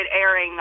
airing